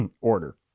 order